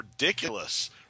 ridiculous